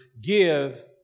give